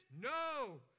No